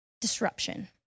disruption